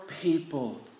people